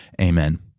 Amen